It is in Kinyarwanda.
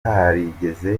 atarigeze